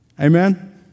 Amen